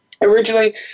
Originally